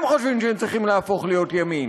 חושבים שהם צריכים להפוך להיות ימין,